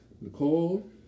Nicole